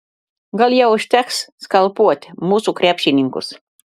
gal jau užteks skalpuot mūsų krepšininkus